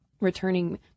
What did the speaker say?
returning